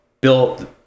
built